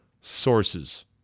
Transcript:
sources